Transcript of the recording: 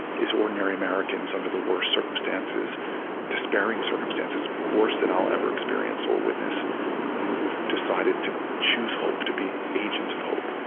is ordinary americans under the worst circumstances despairing circumstances, worse than i'll ever experience or witness who've decided to choose hope, to be agents of hope